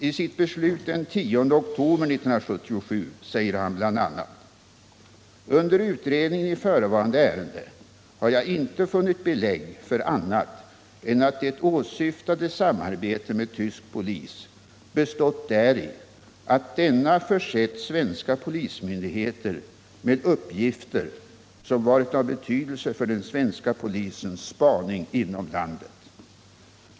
I sitt beslut den 10 oktober 1977 säger han bl.a.: Under utredningen i förevarande ärende har jag inte funnit belägg för annat än att det åsyftade samarbetet med tysk polis bestått däri att denna försett svenska polismyndigheter med uppgifter som varit av betydelse för den svenska polisens spaning inom landet.